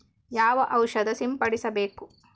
ಯಾವ ಔಷಧ ಸಿಂಪಡಿಸಬೇಕು?